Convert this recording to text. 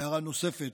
הערה נוספת